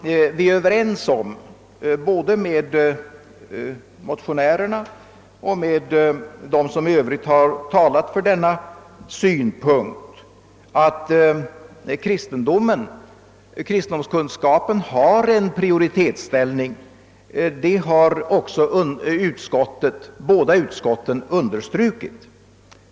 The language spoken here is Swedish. Vi är överens både med motionärerna och med dem som i övrigt talat för denna synpunkt om att kristendomskunskapen har en Pprioritetsställning. Detta har också understrukits av båda utskotten.